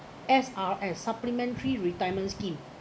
S_R_S supplementary retirement scheme